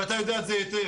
אתה יודע את זה היטב,